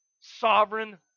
sovereign